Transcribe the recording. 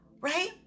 right